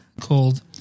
Called